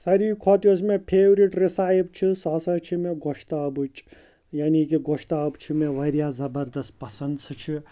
سارِوی کھۄتہٕ یۄس مےٚ فیورِٹ رِسایپ چھِ سۄ ہسا چھٕ مےٚ گۄشتابٕچ یعنی کہِ گۄشتاب چھِ مےٚ واریاہ زبردس پسنٛد سٔہ چھِ